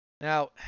Now